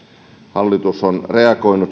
hallitus on on